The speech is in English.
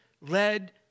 led